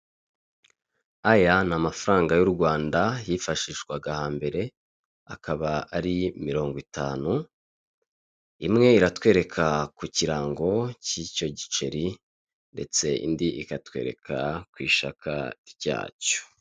Aya ni amafaranga y'u Rwanda yifashishwaga hambere, akaba ari mirongo itanu, imwe iratwereka ku kirango k'icyo giceri ndetse indi ikatwereka ku ishaka ryacyo.